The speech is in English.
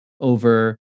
over